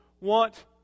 want